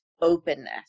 openness